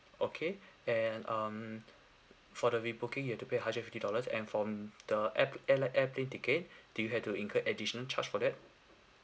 okay and um for the re-booking you to pay hundred and fifty dollars and for um the air airline airplane ticket do you have to incur additional charge for that